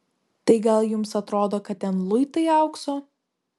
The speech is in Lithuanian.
tai gal jums atrodo kad ten luitai aukso